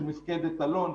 של מפקדת אלון,